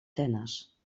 tenes